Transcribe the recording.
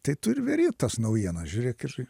tai tu ir veri tas naujienas žiūrėk ir